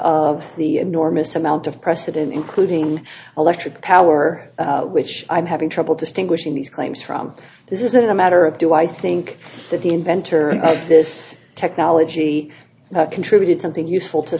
of the enormous amount of precedent including electric power which i'm having trouble distinguishing these claims from this isn't a matter of do i think that the inventor and i think this technology contributed something useful to